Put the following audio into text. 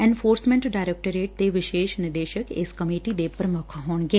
enforcement directorate ਦੇ ਵਿਸੇਸ ਨਿਦੇਸਕ ਇਸ ਕਮੇਟੀ ਦੇ ਪ੍ਰਮੁੱਖ ਹੋਣਗੇ